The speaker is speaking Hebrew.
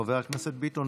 חבר הכנסת ביטון,